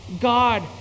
God